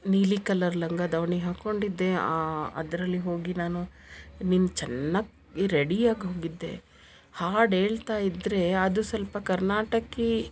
ನೀಲಿ ಕಲ್ಲರ್ ಲಂಗ ದಾವಣಿ ಹಾಕ್ಕೊಂಡಿದ್ದೆ ಅದರಲ್ಲಿ ಹೋಗಿ ನಾನು ನೀನು ಚೆನ್ನಾಗಿ ರೆಡಿ ಆಗಿ ಹೋಗಿದ್ದೆ ಹಾಡು ಹೇಳ್ತಾಯಿದ್ದರೆ ಅದು ಸ್ವಲ್ಪ ಕರ್ನಾಟಕ